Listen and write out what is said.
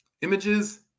images